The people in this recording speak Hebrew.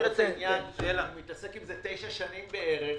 אני מכיר את העניין ואני מתעסק עם זה תשע שנים בערך,